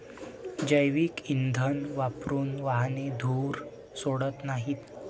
जैवइंधन वापरून वाहने धूर सोडत नाहीत